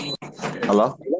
hello